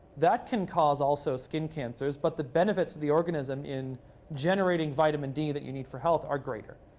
that can cause also skin cancers, but the benefits of the organism in generating vitamin d that you need for health are greater.